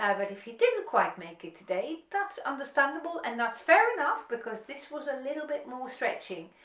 ah but if you didn't quite make it today that's understandable and that's fair enough because this was a little bit more stretching,